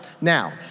now